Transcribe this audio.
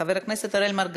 חבר הכנסת ג'מאל זחאלקה,